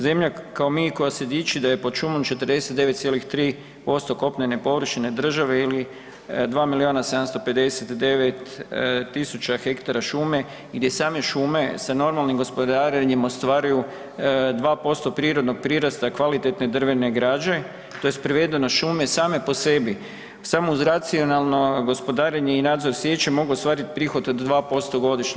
Zemlja kao mi koja se diči da je pod šumom 49,3% kopnene površine države ili 2 milijuna 759 tisuća hektara šume gdje same šume sa normalnim gospodarenjem ostvaruju 2% prirodnog prirasta kvalitetne drvene građe tj. prevedeno šume same po sebi samo uz racionalno gospodarenje i nadzor sječe mogu ostvarit prihod od 2% godišnje.